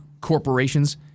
corporations –